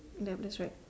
ya that's right